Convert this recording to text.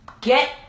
get